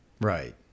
Right